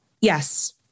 Yes